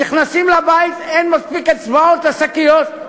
נכנסים לבית, אין מספיק אצבעות לשקיות.